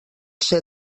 ser